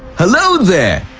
hello there!